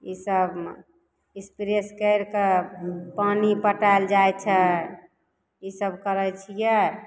इसभमे स्प्रे कैरिके पानि पटायल जाइ छै इसभ करै छियै